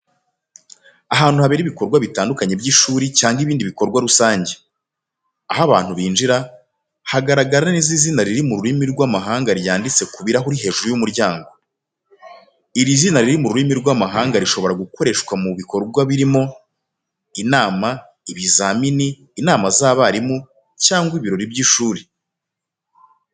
Ahantu habera ibikorwa bitandukanye by’ishuri cyangwa ibindi bikorwa rusange. Aho abantu binjira, hagaragara neza izina riri mu rurimi rw'amahanga ryanditse ku ibirahuri hejuru y’umuryango. Iri zina riri mu rurimi rw'amahanga rishobora gukoreshwa mu bikorwa birimo: inama, ibizamini, inama z’abarimu, cyangwa ibirori by’ishuri.